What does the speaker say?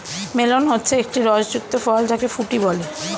melon হচ্ছে একটি রস যুক্ত ফল যাকে ফুটি বলে